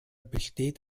besteht